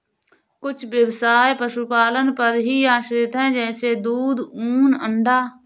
कुछ ब्यवसाय पशुपालन पर ही आश्रित है जैसे दूध, ऊन, अंडा